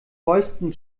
fäusten